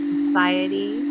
society